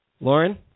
Lauren